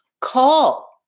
call